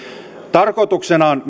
tarkoituksena on